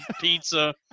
pizza